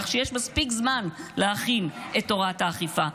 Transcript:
כך שיש מספיק זמן להכין את תורת האכיפה,